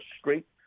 straight